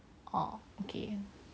orh okay